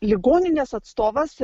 ligoninės atstovas